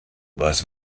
was